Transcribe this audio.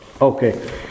Okay